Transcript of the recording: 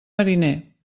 mariner